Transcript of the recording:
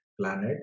planet